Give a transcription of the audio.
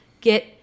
get